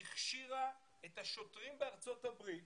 הכשירה את השוטרים בארצות הברית